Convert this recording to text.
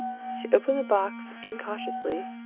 she opened the box incautiously,